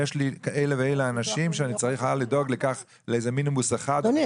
יש לי כך וכך אנשים שאני צריך לדאוג לאיזה מיניבוס אחד --- אדוני,